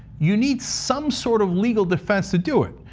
you need some sort of legal defense to do it.